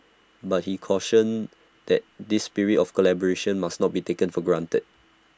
but he cautioned that this spirit of collaboration must not be taken for granted